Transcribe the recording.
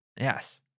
Yes